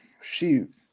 shoot